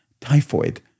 typhoid